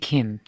Kim